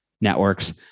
networks